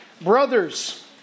Brothers